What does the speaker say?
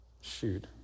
shoot